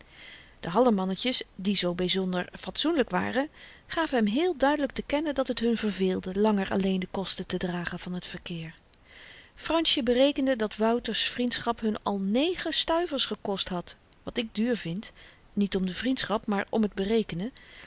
de hallemannetjes die zoo byzonder fatsoenlyk waren gaven hem heel duidelyk te kennen dat het hun verveelde langer alleen de kosten te dragen van t verkeer fransje berekende dat wouter's vriendschap hun al negen stuivers gekost had wat ik duur vind niet om de vriendschap maar om t berekenen en